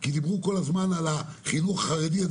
כי דיברו כל הזמן על החינוך החרדי,